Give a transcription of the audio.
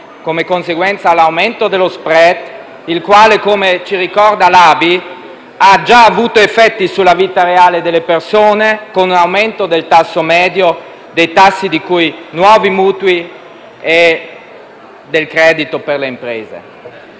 come conseguenza l'aumento dello *spread*, il quale, come ci ricorda l'ABI, ha già avuto effetti sulla vita reale delle persone, con un aumento del tasso medio dei nuovi mutui e del credito per le imprese.